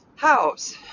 house